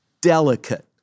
delicate